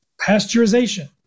pasteurization